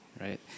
right